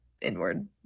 inward